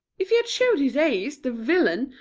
if he had showed his ace, the villain,